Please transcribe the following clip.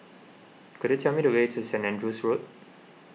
could you tell me the way to Saint Andrew's Road